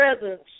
presence